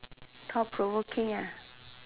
thought provoking ah